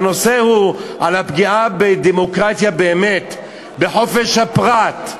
הנושא הוא הפגיעה בדמוקרטיה, באמת, בחופש הפרט.